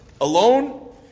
alone